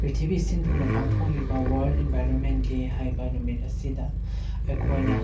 ꯄ꯭ꯔꯤꯊꯤꯕꯤ ꯁꯤꯟ ꯊꯨꯡꯅ ꯄꯥꯡꯊꯣꯛꯂꯤꯕ ꯋꯥꯔꯜ ꯑꯦꯟꯕꯥꯏꯔꯣꯟꯃꯦꯟ ꯗꯦ ꯍꯥꯏꯕ ꯅꯨꯃꯤꯠ ꯑꯁꯤꯗ ꯑꯩꯈꯣꯏꯅ